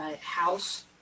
house